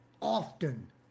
often